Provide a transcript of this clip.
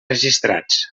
registrats